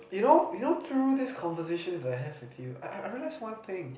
you know you know through this conversation that I have with you I I realized one thing